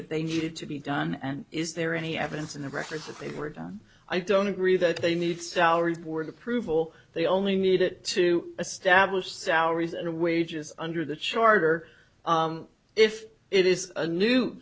that they needed to be done and is there any evidence in the record that they were done i don't agree that they need salaries board approval they only need it to establish salaries and wages under the charter if it is a new